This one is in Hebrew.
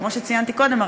כמו שציינתי קודם,